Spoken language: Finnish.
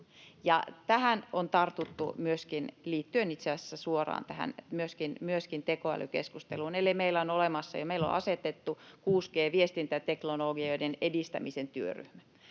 suoraan myöskin tähän tekoälykeskusteluun. Eli meillä on jo asetettu 6G-viestintäteknologioiden edistämisen työryhmä.